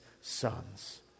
sons